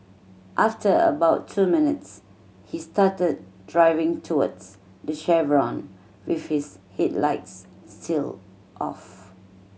after about two minutes he started driving towards the chevron with his headlights still off